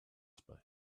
space